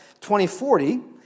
2040